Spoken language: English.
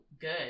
good